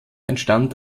entstand